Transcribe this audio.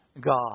God